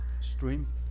stream